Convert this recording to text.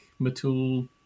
Matul